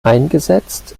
eingesetzt